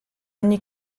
ogni